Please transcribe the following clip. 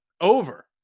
over